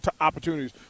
opportunities